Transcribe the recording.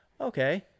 okay